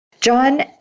John